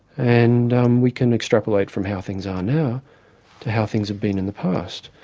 and um we can extrapolate from how things are now to how things have been in the past.